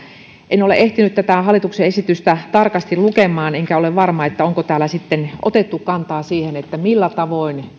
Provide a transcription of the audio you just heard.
en ole ehtinyt tätä hallituksen esitystä tarkasti lukemaan enkä ole varma onko täällä sitten otettu kantaa siihen millä tavoin